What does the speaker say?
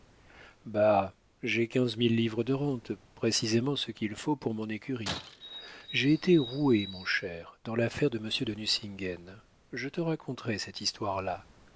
j'ai quinze mille livres de rente précisément ce qu'il faut pour mon écurie j'ai été roué mon cher dans l'affaire de monsieur de nucingen je te raconterai cette histoire-là